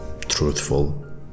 truthful